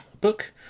book